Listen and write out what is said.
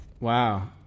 wow